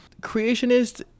creationist